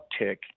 uptick